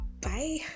bye